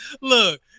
Look